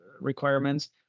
requirements